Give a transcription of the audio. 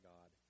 God